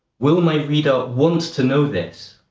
will my reader want to know this?